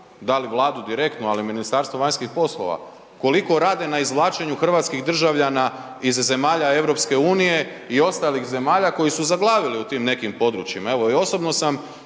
da li Vladu direktno, ali Ministarstvo vanjskih poslova, koliko rade na izvlačenju hrvatskih državljana iz zemalja EU i ostalih zemalja koji su zaglavili u tim nekim područjima.